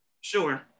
Sure